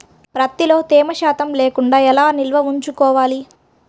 ప్రత్తిలో తేమ శాతం లేకుండా ఎలా నిల్వ ఉంచుకోవాలి?